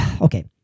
Okay